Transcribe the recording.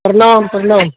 प्रणाम प्रणाम